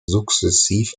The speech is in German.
sukzessive